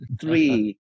three